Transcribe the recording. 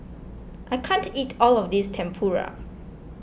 I can't eat all of this Tempura